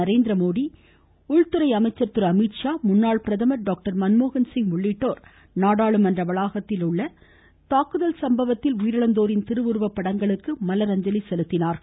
நரேந்திர மோடி உள்துறை அமைச்சர் திரு அமீத்ஷா முன்னாள் பிரதமர் டாக்டர் மன்மோகன்சிங் உள்ளிட்டோர் நாடாளுமன்ற வளாகத்தில் உள்ள தாக்கதல் சம்பவத்தில் உயிரிழந்தோரின் திருவுருவப் படங்களுக்கு மலரஞ்சலி செலுத்தினார்கள்